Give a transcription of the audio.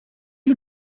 you